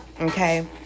Okay